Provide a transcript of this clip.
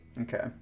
Okay